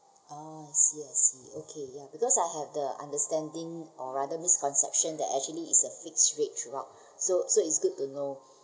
orh I see I see okay ya because I have the understanding or rather misconception that actually is a fixed rate throughout so so it's good to know